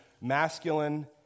masculine